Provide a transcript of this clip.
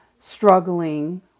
struggling